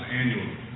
annually